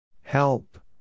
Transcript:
Help